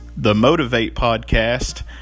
themotivatepodcast